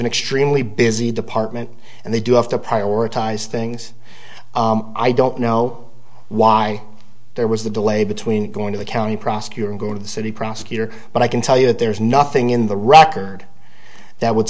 an extremely busy department and they do have to prioritize things i don't know why there was the delay between going to the county prosecutor and going to the city prosecutor but i can tell you that there's nothing in the rocker that would